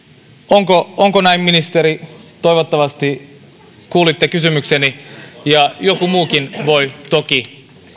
onko näin ministeri toivottavasti kuulitte kysymykseni ja joku muukin voi toki